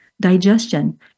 digestion